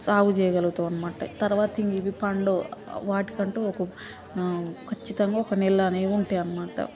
సాగు చేయగలుగుతాం అనమాట తరవాత ఇక ఇవి పండవు వాటికంటూ ఒక ఖచ్చితంగా ఒక నెల అనేవి ఉంటాయి అనమాట